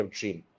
dream